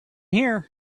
here